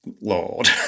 Lord